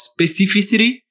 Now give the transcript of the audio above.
specificity